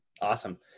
Awesome